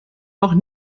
noch